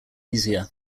easier